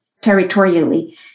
territorially